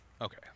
Okay